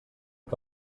que